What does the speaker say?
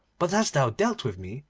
but as thou dealt with me,